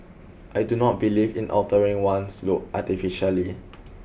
I do not believe in altering one's looks artificially